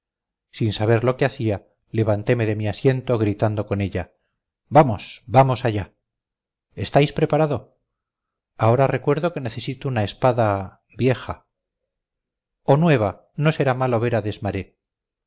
sin saber lo que hacía levanteme de mi asiento gritando con ella vamos vamos allá estáis preparado ahora recuerdo que necesito una espada vieja o nueva no será malo ver a desmarets